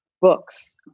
books